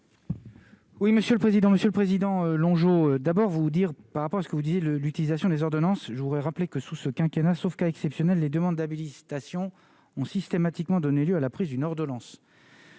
Oui, monsieur le président, Monsieur le Président, longeant d'abord vous dire par rapport à ce que vous disiez le l'utilisation des ordonnances, je voudrais rappeler que sous ce quinquennat sauf cas exceptionnel, les demandes d'habilitation ont systématiquement donné lieu à la prise d'une ordonnance.